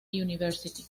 university